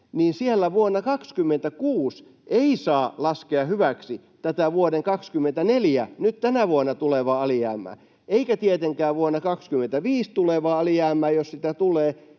niin siellä vuonna 26 ei saa laskea hyväksi tätä vuoden 24 eli nyt tänä vuonna tulevaa alijäämää eikä tietenkään vuonna 25 tulevaa alijäämää, jos sitä tulee,